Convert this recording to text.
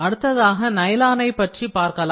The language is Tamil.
அடுத்ததாக நைலானை பற்றி பார்க்கலாம்